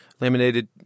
laminated